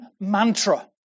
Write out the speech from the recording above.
mantra